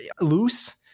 loose